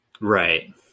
right